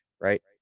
right